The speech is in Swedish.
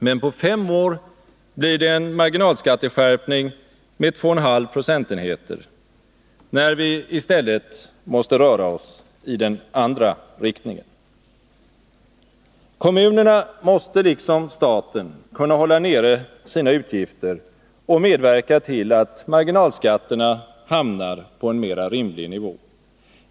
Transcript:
Men på fem år blir det en marginalskatteskärpning med 2,5 procentenheter, när vi i stället måste röra oss i den andra riktningen. Kommunerna måste liksom staten kunna hålla nere sina utgifter och medverka till att marginalskatterna hamnar på en mera rimlig nivå.